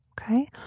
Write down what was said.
okay